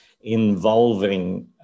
involving